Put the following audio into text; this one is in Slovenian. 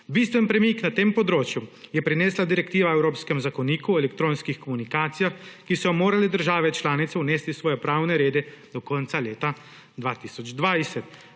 Bistven premik na tem področju je prinesla Direktiva o Evropskem zakoniku o elektronskih komunikacijah, ki so jo morale države članice vnesti v svoje pravne rede do konca leta 2020.